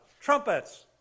trumpets